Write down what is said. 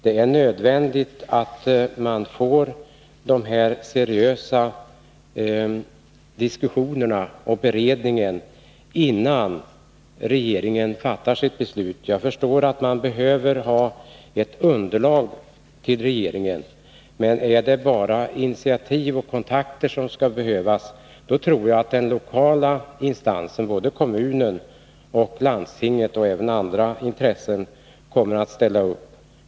Det är nödvändigt med seriösa diskussioner och en beredning av frågan innan regeringen fattar sitt beslut. Jag förstår att regeringen behöver ett underlag. Men är det bara initiativ och kontakter som skall till, tror jag att den lokala instansen — kommunen och landstinget, och även andra intressenter — kommer att ställa upp.